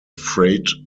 freight